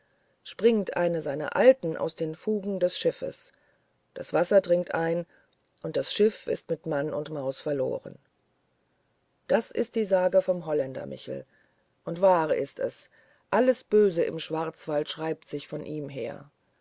springt eine seiner alten aus den fugen des schiffes das wasser dringt ein und das schiff ist mit mann und maus verloren das ist die sage vom holländer michel und wahr ist es alles böse im schwarzwald schreibt sich von ihm her